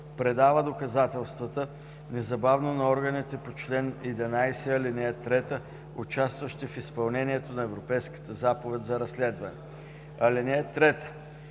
предава доказателствата незабавно на органите по чл. 11, ал. 3, участващи в изпълнението на Европейската заповед за разследване. (3)